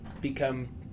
become